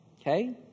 okay